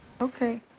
Okay